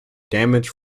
damaged